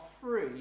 free